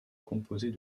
composées